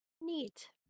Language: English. Neat